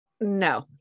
No